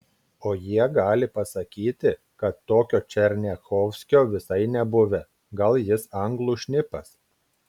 o jie gali pasakyti kad tokio černiachovskio visai nebuvę gal jis anglų šnipas